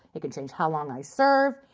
it can change how long i serve.